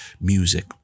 music